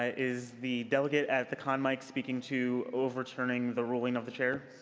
ah is the delegate at the con mic speaking to overturning the ruling of the chair?